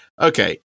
Okay